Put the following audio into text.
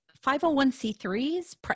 501c3s